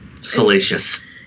salacious